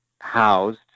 housed